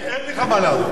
כי אין לך מה לענות.